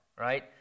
right